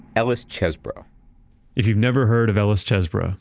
ellis chesbrough if you've never heard of ellis chesbrough,